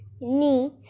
knees